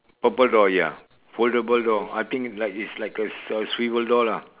purple door ya foldable door I think like it's like a a swivel door lah